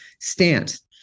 stance